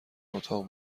اتاق